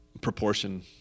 proportion